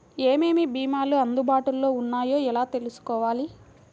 ఏమేమి భీమాలు అందుబాటులో వున్నాయో ఎలా తెలుసుకోవాలి?